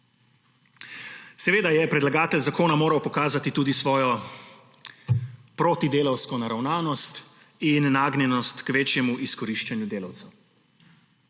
Seveda je predlagatelj zakona moral pokazati tudi svojo protidelavsko naravnanost in nagnjenost k večjemu izkoriščanju delavcev.